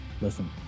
Listen